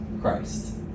Christ